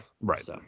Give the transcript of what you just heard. right